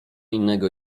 innego